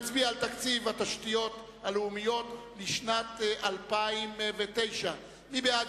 נצביע על תקציב משרד התשתיות הלאומיות לשנת 2009. מי בעד?